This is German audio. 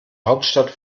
hauptstadt